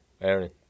Aaron